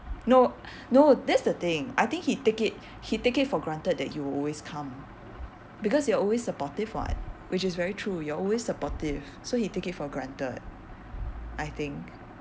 no no that's the thing I think he take it he take it for granted that you will always come because you are always supportive [what] which is very true you are always supportive so he take it for granted I think